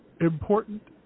important